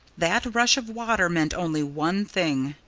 that rush of water meant only one thing.